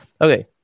Okay